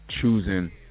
choosing